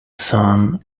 son